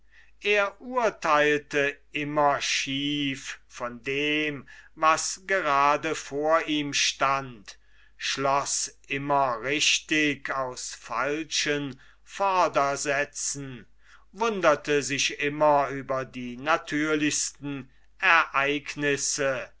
er urteilte immer schief von dem was gerade vor ihm stund schloß immer richtig aus falschen vordersätzen wunderte sich immer über die natürlichsten ereignisse